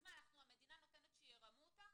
אז מה, אנחנו, המדינה נותנת שירמו אותה?